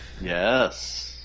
Yes